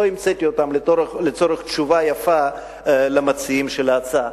לא המצאתי אותם לצורך תשובה יפה למציעים של ההצעה.